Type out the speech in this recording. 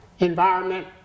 environment